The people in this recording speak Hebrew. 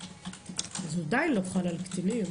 הוא עדיין לא חל על קטינים,